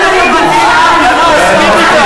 אני מסכים אתך,